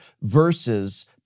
versus